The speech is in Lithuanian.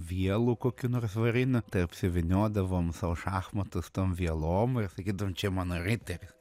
vielų kokių nors varinių tai apsivyniodavom savo šachmatus tom vielom ir sakydavom čia mano riteris